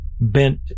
bent